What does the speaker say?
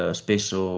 spesso